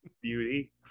beauty